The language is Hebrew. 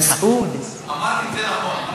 אמרת את זה נכון.